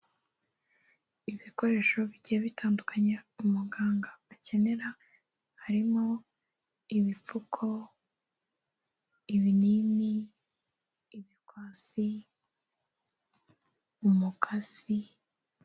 Ibikoresho bigiye bitandukanya umuganga akenera harimo ibipfuko, ibinini, ibikwasi, umukasi.